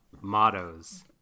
mottos